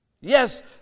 Yes